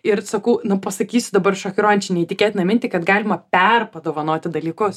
ir sakau nu pasakysiu dabar šokiruojančia neįtikėtina mintį kad galima perpadovanoti dalykus